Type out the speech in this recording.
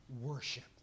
worship